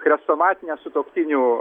chrestomatinę sutuoktinių